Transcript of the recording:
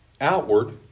outward